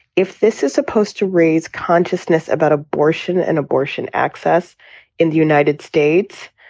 if this is supposed to raise consciousness about abortion and abortion access in the united states,